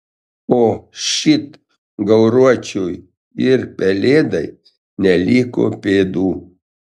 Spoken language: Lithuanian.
o šit gauruočiui ir pelėdai neliko pėdų